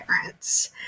parents